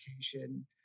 education